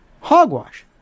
Hogwash